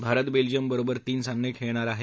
Bharat Belgium बरोबर तीन सामने खेळणार आहे